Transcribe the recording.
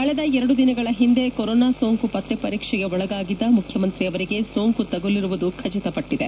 ಕಳೆದ ಎರಡು ದಿನಗಳ ಹಿಂದೆ ಕೊರೊನಾ ಸೋಂಕು ಪತ್ತೆ ಪರೀಕ್ಷೆಗೆ ಒಳಗಾಗಿದ್ದ ಮುಖ್ಯಮಂತ್ರಿ ಅವರಿಗೆ ಸೋಂಕು ತಗುಲಿರುವುದು ಖಚಿತಪಟ್ಟಿದೆ